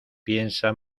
piensa